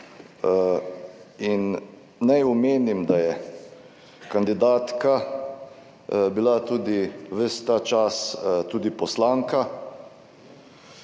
naj omenim, da je kandidatka bila tudi ves ta čas tudi poslanka